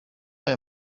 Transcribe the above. ayo